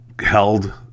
held